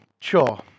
Sure